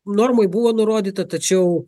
normoj buvo nurodyta tačiau